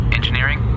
Engineering